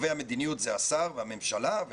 קובעי המדיניות הם השר והממשלה,